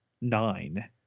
nine